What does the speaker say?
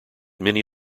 many